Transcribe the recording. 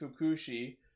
Fukushi